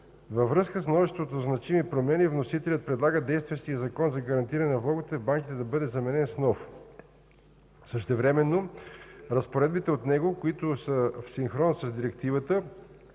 Във връзка с множеството значими промени вносителят предлага действащият Закон за гарантиране на влоговете в банките да бъде заменен с нов. Същевременно разпоредбите от него, които са в синхрон с Директивата,